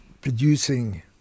producing